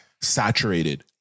saturated